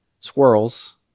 squirrels